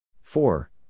four